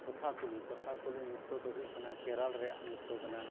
ᱠᱚᱛᱷᱟ ᱠᱚᱞᱤ ᱠᱚᱛᱷᱟ ᱠᱚᱞᱤ ᱱᱤᱛᱛᱚ ᱫᱚ ᱦᱩᱭᱩᱜ ᱠᱟᱱᱟ ᱠᱮᱨᱟᱞ ᱨᱮᱭᱟᱜ ᱱᱤᱛᱛᱚ ᱠᱟᱱᱟ